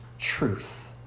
Truth